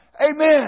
Amen